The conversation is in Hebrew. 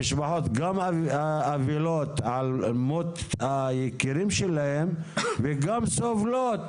המשפחות גם אבלות על מות היקירים שלהם וגם סובלות